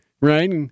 right